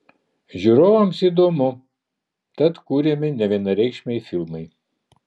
žiūrovams įdomu tad kuriami nevienareikšmiai filmai